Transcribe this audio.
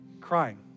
crying